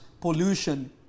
pollution